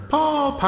Paul